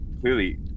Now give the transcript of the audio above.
clearly